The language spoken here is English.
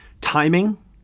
timing